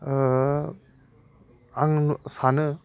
आं सानो